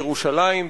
ירושלים,